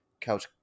couch